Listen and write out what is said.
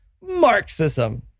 Marxism